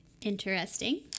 Interesting